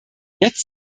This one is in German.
jetzt